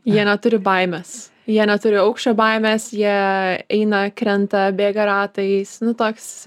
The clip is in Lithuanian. jie neturi baimės jie neturi aukščio baimės jie eina krenta bėga ratais nu toks